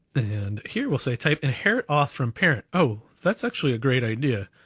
and here we'll say type inherit auth from parent. oh, that's actually a great idea.